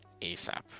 ASAP